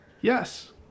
Yes